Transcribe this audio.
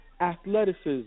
athleticism